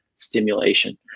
Stimulation